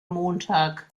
montag